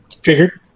Figure